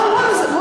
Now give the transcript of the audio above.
אה, ואללה.